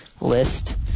list